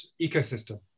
ecosystem